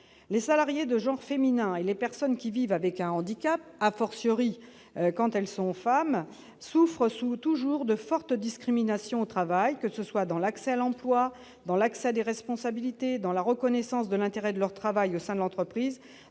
Les salariés de genre féminin et les personnes qui vivent avec un handicap, quand il s'agit de femmes, souffrent toujours de fortes discriminations au travail, dans l'accès à l'emploi ou à des responsabilités, dans la reconnaissance de l'intérêt de leur travail au sein de l'entreprise,